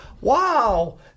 wow